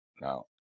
Now